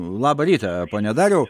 labą rytą pone dariau